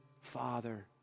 Father